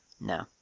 No